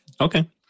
Okay